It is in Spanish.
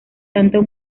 tanto